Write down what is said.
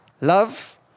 Love